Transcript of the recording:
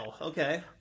okay